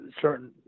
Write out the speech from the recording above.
certain –